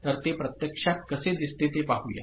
तर ते प्रत्यक्षात कसे दिसते ते पाहूया